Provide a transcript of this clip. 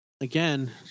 again